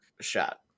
shot